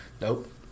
Nope